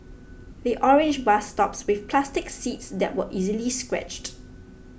the orange bus stops with plastic seats that were easily scratched